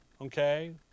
Okay